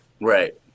Right